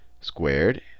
squared